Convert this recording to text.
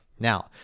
Now